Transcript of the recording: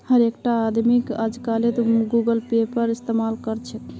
हर एकटा आदमीक अजकालित गूगल पेएर इस्तमाल कर छेक